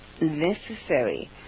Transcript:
necessary